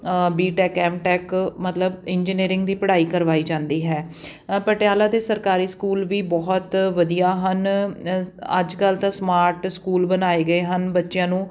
B.Tech MTech ਮਤਲਬ engineering ਦੀ ਪੜ੍ਹਾਈ ਕਰਵਾਈ ਜਾਂਦੀ ਹੈ ਪਟਿਆਲਾ ਦੇ ਸਰਕਾਰੀ ਸਕੂਲ ਵੀ ਬਹੁਤ ਵਧੀਆ ਹਨ ਅੱਜ ਕੱਲ੍ਹ ਤਾਂ ਸਮਾਰਟ ਸਕੂਲ ਬਣਾਏ ਗਏ ਹਨ ਬੱਚਿਆਂ ਨੂੰ